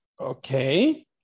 okay